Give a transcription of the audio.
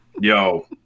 yo